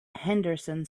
henderson